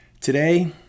Today